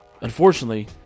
Unfortunately